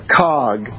cog